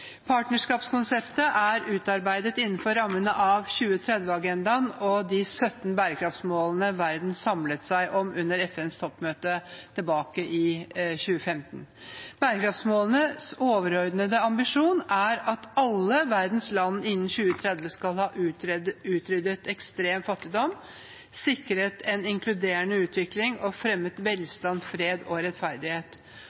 Partnerlandskonseptet er utarbeidet innenfor rammene av 2030-agendaen og de 17 bærekraftsmålene verden samlet seg om under FN-toppmøtet tilbake i 2015. Bærekraftsmålenes overordnede ambisjon er at alle verdens land innen 2030 skal ha utryddet ekstrem fattigdom, sikret en inkluderende utvikling og fremmet